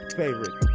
favorite